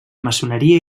maçoneria